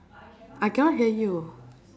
I cannot hear you